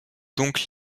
donc